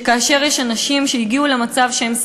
שכאשר אנשים הגיעו למצב שהם זקנים,